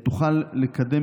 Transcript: תוכל לקדם